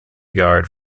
guard